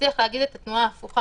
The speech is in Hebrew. שיצליח להגיד את התנועה ההפוכה.